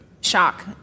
Shock